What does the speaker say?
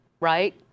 right